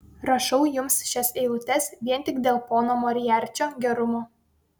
rašau jums šias eilutes vien tik dėl pono moriarčio gerumo